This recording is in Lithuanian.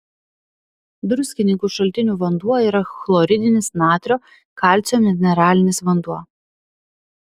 druskininkų šaltinių vanduo yra chloridinis natrio kalcio mineralinis vanduo